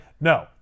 no